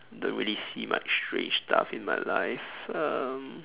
don't really see much strange stuff in my life um